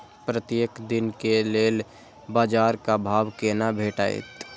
प्रत्येक दिन के लेल बाजार क भाव केना भेटैत?